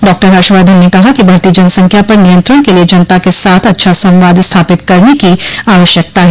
doctor Harshvardhan ने कहा कि बढ़ती जनसंख्या पर नियंत्रण के लिए जनता के साथ अच्छा संवाद स्थापित करने की आवश्यकता है